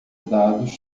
dados